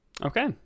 Okay